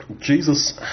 Jesus